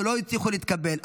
ולא הצליחו להתקבל.